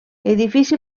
edifici